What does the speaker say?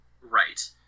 Right